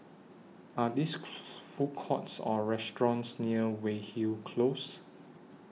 Are This Food Courts Or restaurants near Weyhill Close